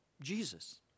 Jesus